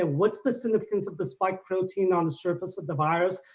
ah what's the significance of the spike protein on the surface of the virus,